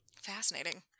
Fascinating